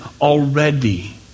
already